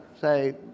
say